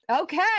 okay